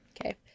Okay